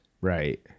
right